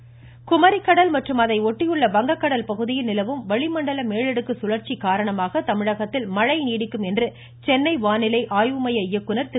வணிண குமாிக் கல் மற் றும் அதை ஏட்டிய வங்கங்கல் பகுதியில் நிலவும் ளிடண்டல மேலடுக்கு சுழற் சி காரணமாக தமிழகத்தில் மண நீடிக்கும் என் று கென்ணவானிஸ் ஆய்வு மைப இக்குர் திரு